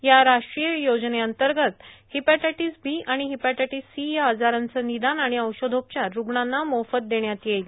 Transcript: या राष्ट्रीय योजनेंतर्गत हिपेटायटिस बी आणि हिपेटायटिस सी या आजारांचं निदान आणि औषधोपचार रुग्णांना मोफत देण्यात येईल